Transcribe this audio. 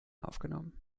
aufgenommen